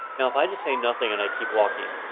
now if i just say nothing, and i keep walking,